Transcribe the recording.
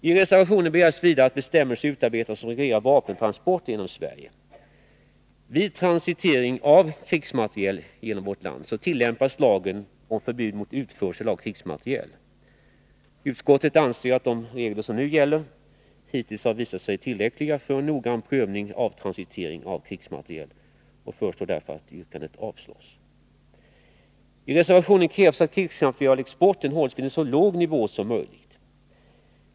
I reservationen begärs vidare att bestämmelser utarbetas som reglerar vapentransporter genom Sverige. Vid transitering av krigsmateriel genom vårt land tillämpas lagen om förbud mot utförsel av krigsmateriel. Utskottet anser att de regler som nu gäller hittills visat sig tillräckliga för en noggrann prövning och har därför föreslagit att det motionsyrkande avslås som sedan återfinns i reservationen. I reservationen krävs att krigsmaterielexporten hålls vid en så låg nivå som möjligt.